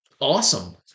awesome